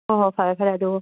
ꯍꯣꯏꯍꯣꯏ ꯐꯔꯦ ꯐꯔꯦ ꯑꯗꯣ